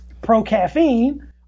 pro-caffeine